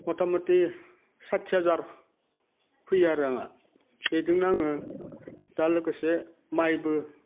मुथामुथि साथि हाजार फैयो आरो आङा बेदोंनो आङो दा लोगोसे मायबो